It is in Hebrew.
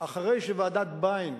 אחרי שוועדת-ביין,